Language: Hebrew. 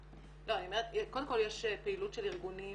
קודם כל יש פעילות של ארגונים